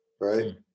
right